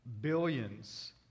Billions